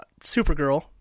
Supergirl